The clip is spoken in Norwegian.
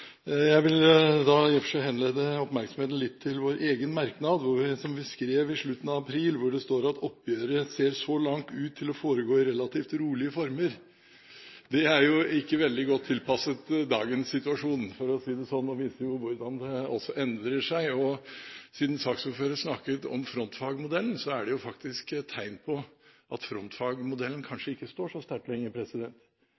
Jeg vil henlede oppmerksomheten litt på vår egen merknad, som vi skrev i slutten av april, hvor det står: «Oppgjøret ser så langt ut til å foregå i relativt rolige former.» Det er ikke veldig godt tilpasset dagens situasjon, for å si det sånn, og viser hvordan det endrer seg. Siden saksordføreren snakket om frontfagsmodellen, er det et tegn på at